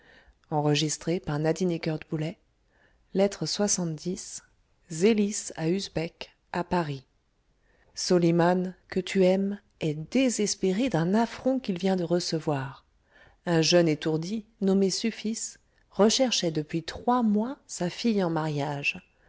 de la lettre lxx zélis à usbek à paris s oliman que tu aimes est désespéré d'un affront qu'il vient de recevoir un jeune étourdi nommé suphis recherchoit depuis trois mois sa fille en mariage